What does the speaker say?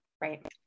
Right